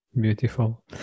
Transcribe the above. beautiful